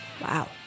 Wow